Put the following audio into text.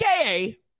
AKA